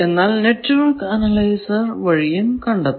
എന്നാൽ network analyser വഴിയും കണ്ടെത്താം